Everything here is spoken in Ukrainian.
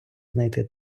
знайти